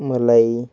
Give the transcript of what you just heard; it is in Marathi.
मलई